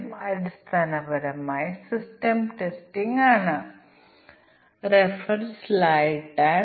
ഇതിന്റെ അടിസ്ഥാനത്തിൽ a b c എന്നിവയുടെ മൂല്യങ്ങൾ നമുക്ക് ടെസ്റ്റ് കേസുകൾ ഉണ്ടാകും